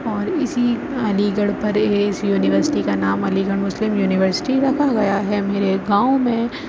اور اسی علی گڑھ پر اس یونیورسٹی کا نام علی گڑھ مسلم یونیورسٹی رکھا گیا ہے میرے گاؤں میں